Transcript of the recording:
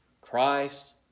Christ